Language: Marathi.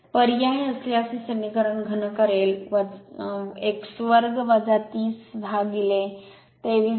पर्याय असल्यास हे समीकरण घन करेल x 2 30 upon 23 0